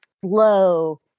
slow